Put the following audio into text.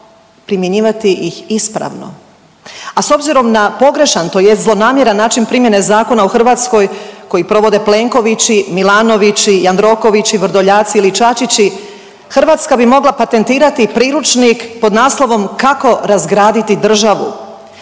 primjenjivati ih ispravno. A s obzirom na pogrešan tj. zlonamjeran način primjene zakona u Hrvatskoj koji provode Plenkovići, Milanovići, Jandrokovići, Vrdoljaci ili Čačići Hrvatska bi mogla patentirati priručnik pod naslovom „Kako razgraditi državu“